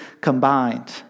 combined